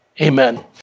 amen